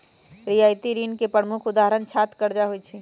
रियायती ऋण के प्रमुख उदाहरण छात्र करजा होइ छइ